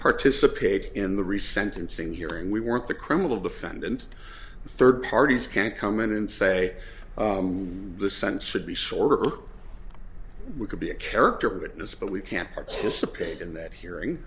participate in the recent and seeing hearing we weren't the criminal defendant third parties can't come in and say the sense should be shorter or we could be a character witness but we can't participate in that hearing